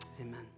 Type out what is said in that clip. amen